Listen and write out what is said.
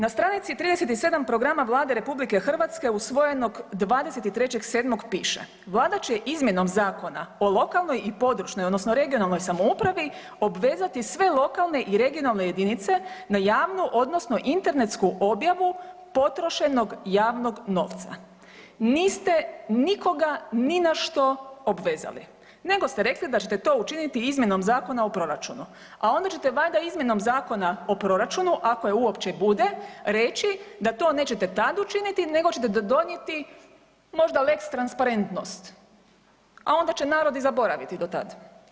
Na stranici 37 programa Vlade RH usvojenog 23.7. piše: „Vlada će izmjenom Zakona o lokalnoj i područnoj odnosno regionalnoj samoupravi obvezati sve lokalne i regionalne jedinice na javnu odnosno internetsku objavu potrošenog javnog novca.“ Niste nikoga ni na što obvezali nego ste rekli da ćete to učiniti izmjenom Zakona o proračunu, a onda ćete valjda izmjenom Zakona o proračunu ako je uopće bude, reći da to nećete tad učiniti nego ćete donijeti možda lex transparentnost, a onda će narod i zaboraviti do tad.